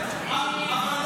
אתה מדבר